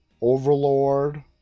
Overlord